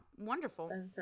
wonderful